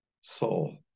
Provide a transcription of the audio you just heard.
soul